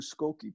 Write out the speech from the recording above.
Skokie